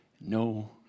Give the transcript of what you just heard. no